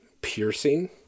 piercing